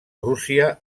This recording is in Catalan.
rússia